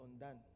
undone